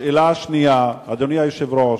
שאלה שנייה, ואדוני היושב-ראש,